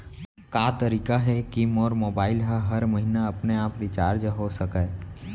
का तरीका हे कि मोर मोबाइल ह हर महीना अपने आप रिचार्ज हो सकय?